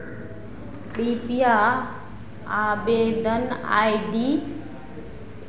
कृपया आवेदन I D